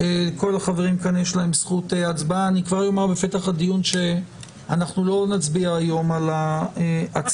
אני כבר אומר בפתח הדיון שאנחנו לא נצביע היום על ההצעות,